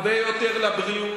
הרבה יותר לבריאות,